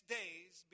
days